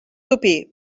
topí